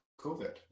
COVID